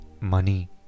money